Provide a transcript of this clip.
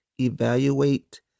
evaluate